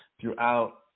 throughout